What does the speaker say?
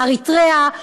אריתריאה,